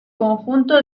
conjunto